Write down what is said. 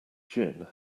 gin